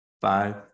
five